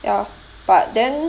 ya but then